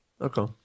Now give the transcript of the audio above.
okay